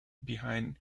behind